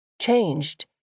changed